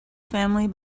family